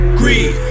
greed